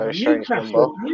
Newcastle